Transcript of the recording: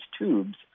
tubes